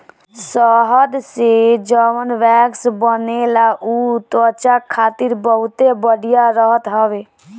शहद से जवन वैक्स बनेला उ त्वचा खातिर बहुते बढ़िया रहत हवे